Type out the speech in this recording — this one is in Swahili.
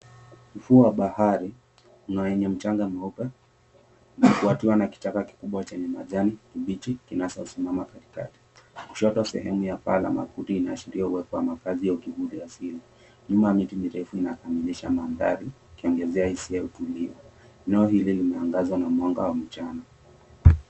Ufuo wa bahari na wenye mchanga mweupe. Watu wana kichaka kikubwa chenye majani kibichi kinachosimama katikati. Kushoto sehemu ya paa na makuti inaashiria uwepo wa makazi ya uchukuzi asili. Milima ya miti mirefu inakamilisha mandhari ikiongezea hisia tulivu. Eneo hili limeangazwa na mwanga wa mchana.